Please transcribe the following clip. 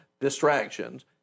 distractions